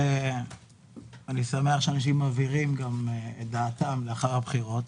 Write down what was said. אני שמח שאנשים מבהירים את דעתם אחרי הבחירות,